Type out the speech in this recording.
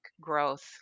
growth